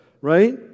right